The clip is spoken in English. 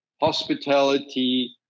hospitality